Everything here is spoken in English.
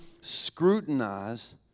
scrutinize